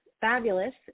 fabulous